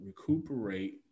recuperate